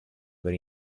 per